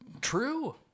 True